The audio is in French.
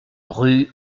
rue